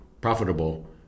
profitable